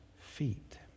feet